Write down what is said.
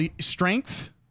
strength